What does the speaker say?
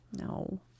No